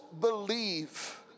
believe